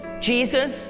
Jesus